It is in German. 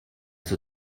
zur